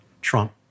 Trump